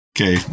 Okay